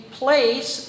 place